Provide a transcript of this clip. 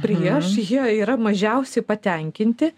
prieš jie yra mažiausiai patenkinti